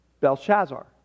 Belshazzar